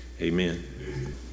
amen